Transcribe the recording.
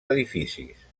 edificis